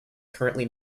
currently